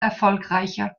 erfolgreicher